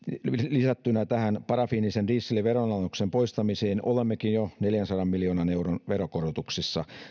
lisättynä parafiinisen dieselin veronalennuksen poistamisiin olemmekin jo neljänsadan miljoonan veronkorotuksissa